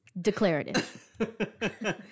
Declarative